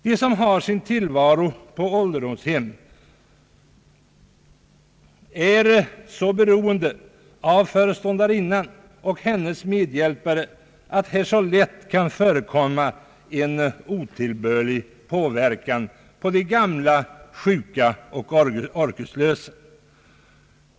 De som har sin tillvaro på ålderdomshemmen är dock så beroende av föreståndarinnan och hennes medhjälpare att här mycket lätt kan förekomma en otillbörlig påverkan på de gamla, sjuka och orkeslösa.